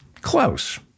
Close